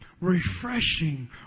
refreshing